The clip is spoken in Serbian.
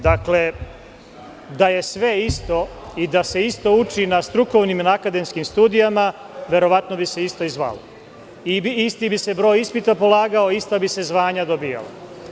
Dakle, da je sve isto i da se isto uči na strukovnim i akademskim studijama, verovatno bi se isto zvalo i isti bi se broj ispita polagao, ista bi se zvanja dobijala.